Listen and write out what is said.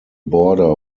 border